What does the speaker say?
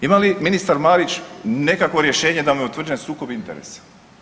Ima li ministar Marić nekakvo rješenje da mu je utvrđen sukob interesa?